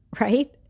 right